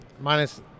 minus